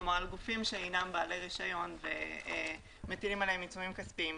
כלומר על גופים שאינם בעלי רישיון ומטילים עליהם עיצומים כספיים.